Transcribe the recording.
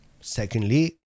Secondly